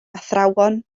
athrawon